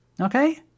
Okay